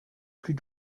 plus